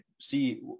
see